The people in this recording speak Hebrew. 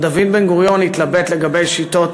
עוד דוד בן-גוריון התלבט לגבי שיטות